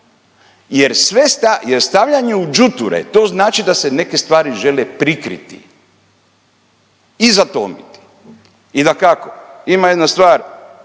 Jer stavljanje u čuture to znači da se neke stvari žele prikriti i zatomiti. I dakako ima jedna stvar